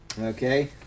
Okay